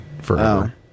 forever